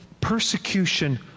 persecution